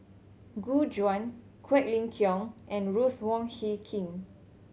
Gu Juan Quek Ling Kiong and Ruth Wong Hie King